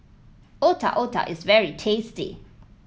Otak Otak is very tasty